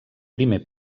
primer